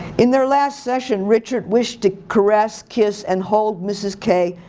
in their last session, richard wished to caress, kiss, and hold mrs. k,